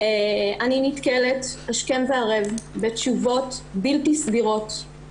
אני נתקלת השכם והערב בתשובות בלתי סבירות,